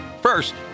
First